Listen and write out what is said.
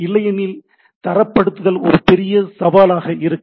இல்லையெனில் தரப்படுத்துதல் ஒரு பெரிய சவாலாக இருக்கும்